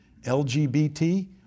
LGBT